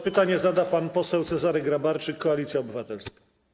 Pytanie zada pan poseł Cezary Grabarczyk, Koalicja Obywatelska.